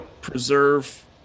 preserve